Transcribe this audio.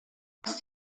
dass